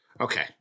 Okay